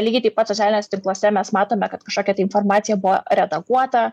lygiai taip pat socialiniuose tinkluose mes matome kad kažkokia informacija buvo redaguota